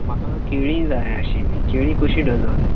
म्हाका केळीं जाय आशिल्लीं केळीं कशीं डजन